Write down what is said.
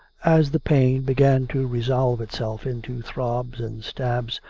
as the pain began to resolve itself into throbs and stabs,